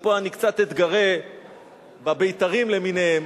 ופה אני קצת אתגרה בבית"רים למיניהם,